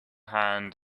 hand